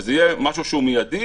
שזה יהיה משהו שהוא מיידי,